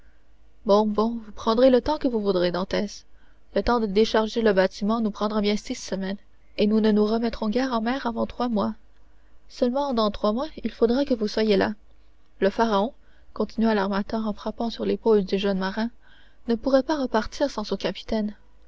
bon bon vous prendrez le temps que vous voudrez dantès le temps de décharger le bâtiment nous prendra bien six semaines et nous ne nous remettrons guère en mer avant trois mois seulement dans trois mois il faudra que vous soyez là le pharaon continua l'armateur en frappant sur l'épaule du jeune marin ne pourrait pas repartir sans son capitaine